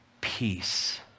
peace